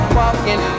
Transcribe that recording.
walking